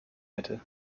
hätte